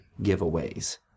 giveaways